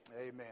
Amen